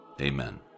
Amen